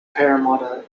parramatta